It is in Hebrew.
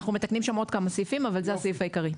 אנחנו מתקנים שם עוד כמה סעיפים אבל זה הסעיף העיקרי.